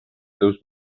teus